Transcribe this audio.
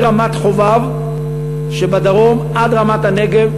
מרמת-חובב שבדרום עד רמת-הנגב.